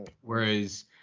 whereas